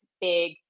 big